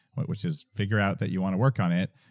which is figure out that you want to work on it,